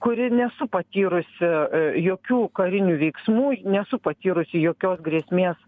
kuri nesu patyrusi jokių karinių veiksmų nesu patyrusi jokios grėsmės